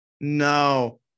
No